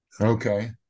Okay